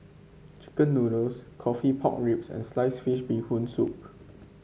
chicken noodles coffee Pork Ribs and Sliced Fish Bee Hoon Soup